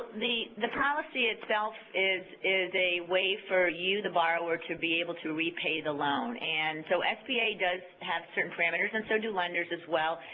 the the policy itself is is a way for you, the buyer, to be able to repay the loan, and so sba does have certain parameters, and so do lenders as well,